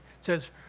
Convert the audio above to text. says